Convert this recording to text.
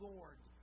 Lord